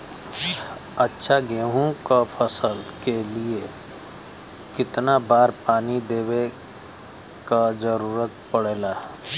अच्छा गेहूँ क फसल के लिए कितना बार पानी देवे क जरूरत पड़ेला?